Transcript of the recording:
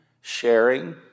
sharing